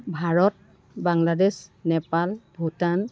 Bharat Bangladesh Nepal Bhutan